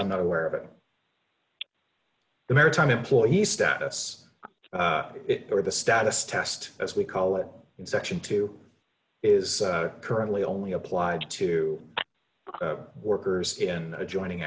i'm not aware of it the maritime employee status or the status test as we call it in section two is currently only applied to workers in adjoining